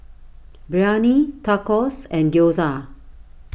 Biryani Tacos and Gyoza